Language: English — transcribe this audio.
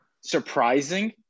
Surprising